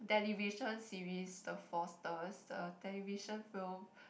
television series the Fosters the television film